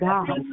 God